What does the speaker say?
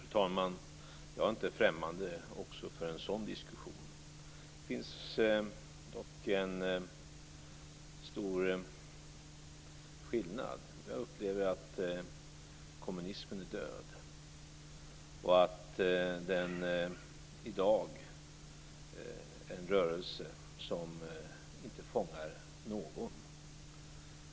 Fru talman! Jag är inte främmande heller för en sådan diskussion. Det finns dock en stor skillnad. Jag upplever att kommunismen är död och att den i dag är en rörelse som inte fångar någon.